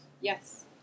Yes